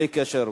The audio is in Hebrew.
בלי קשר.